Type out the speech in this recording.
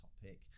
topic